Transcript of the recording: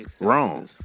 wrong